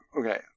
Okay